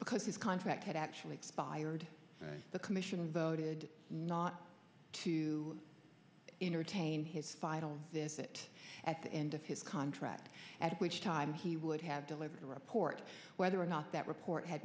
because his contract had actually expired the commission voted not to entertain his final this it at the end of his contract at which time he would have delivered a report whether or not that report had